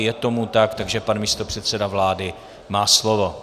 Je tomu tak, takže pan místopředseda vlády má slovo.